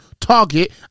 target